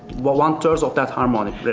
well one third of that harmonic.